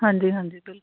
ਹਾਂਜੀ ਹਾਂਜੀ ਬਿਲਕੁਲ